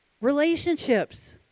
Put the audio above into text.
Relationships